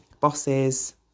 bosses